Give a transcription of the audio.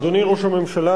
אדוני ראש הממשלה,